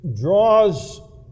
draws